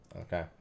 Okay